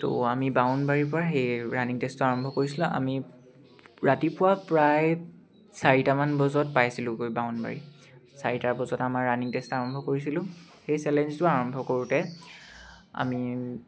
তো আমি বামুণবাৰীৰ পৰা সেই ৰাণিং টেষ্টটো আৰম্ভ কৰিছিলোঁ আমি ৰাতিপুৱা প্ৰায় চাৰিটামান বজাত পাইছিলোঁগৈ বামুণবাৰী চাৰিটা বজাত আমাৰ ৰাণিং টেষ্ট আৰম্ভ কৰিছিলোঁ সেই চেলেঞ্জটো আৰম্ভ কৰোঁতে আমি